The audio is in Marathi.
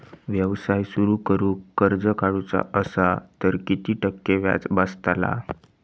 व्यवसाय सुरु करूक कर्ज काढूचा असा तर किती टक्के व्याज बसतला?